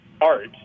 art